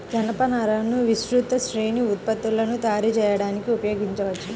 జనపనారను విస్తృత శ్రేణి ఉత్పత్తులను తయారు చేయడానికి ఉపయోగించవచ్చు